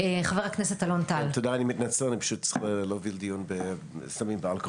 תנו לי בבקשה לסיים.